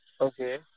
Okay